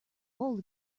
hold